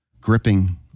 gripping